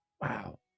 Wow